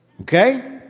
Okay